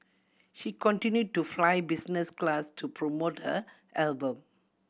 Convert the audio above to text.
she continued to fly business class to promote her album